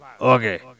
Okay